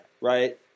right